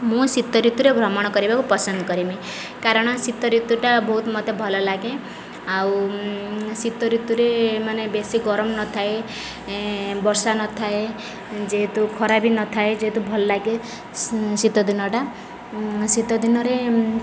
ମୁଁ ଶୀତ ଋତୁରେ ଭ୍ରମଣ କରିବାକୁ ପସନ୍ଦ କରିମି କାରଣ ଶୀତ ଋତୁଟା ବହୁତ ମତେ ଭଲ ଲାଗେ ଆଉ ଶୀତ ଋତୁରେ ମାନେ ବେଶୀ ଗରମ ନଥାଏ ବର୍ଷା ନଥାଏ ଯେହେତୁ ଖରା ବି ନଥାଏ ଯେହେତୁ ଭଲ ଲାଗେ ଶୀତ ଦିନଟା ଶୀତ ଦିନରେ